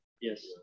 Yes